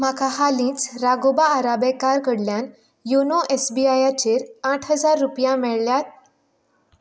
म्हाका हालींच राघोबा आराबेकार कडल्यान योनो एस बी आयाचेर आठ हजार रुपया मेळ्ळ्यात